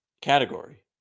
category